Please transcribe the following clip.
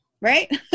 Right